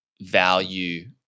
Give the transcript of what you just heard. value